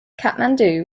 kathmandu